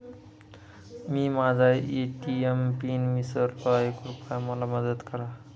मी माझा ATM pin विसरलो आहे, कृपया मला मदत करा